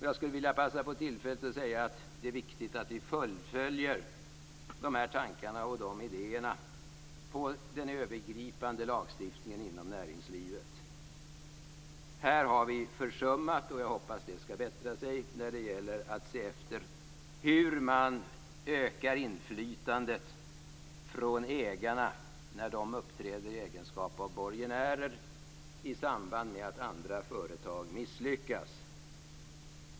Jag skulle vilja passa på tillfället att säga att det är viktigt att vi fullföljer dessa tankar och idéer i den övergripande lagstiftningen inom näringslivet. Här har vi försummat - jag hoppas att det skall bättra sig - att se efter hur man ökar inflytandet från ägarna när de uppträder i egenskap av borgenär i samband med att andra företag misslyckas.